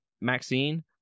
Maxine